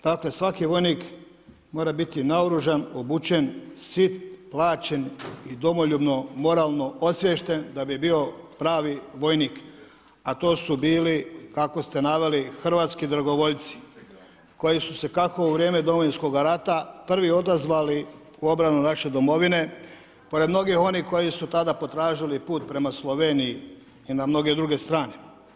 Dakle, svaki vojnik mora biti naoružan, obučen, sit, plaćen i domoljubno, moralno osviješten da bi bio pravi vojnik, a to su bili kako ste naveli hrvatski dragovoljci koji su se kako u vrijeme Domovinskoga rata prvi odazvali u obranu naše Domovine pored mnogih onih koji su tada potražili put prema Sloveniji i na mnoge druge strane.